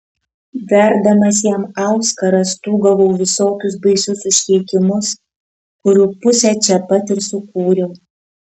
verdamas jam auskarą stūgavau visokius baisius užkeikimus kurių pusę čia pat ir sukūriau